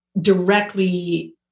directly